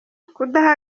kudaha